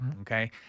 Okay